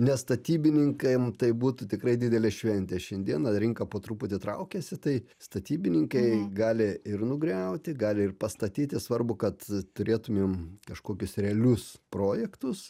nes statybininkam tai būtų tikrai didelė šventė rinka po truputį traukiasi tai statybininkai gali ir nugriauti gali ir pastatyti svarbu kad turėtumėm kažkokius realius projektus